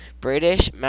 British